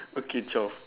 okay twelve